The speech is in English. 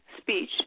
speech